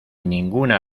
ninguna